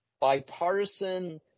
bipartisan